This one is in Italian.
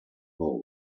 volo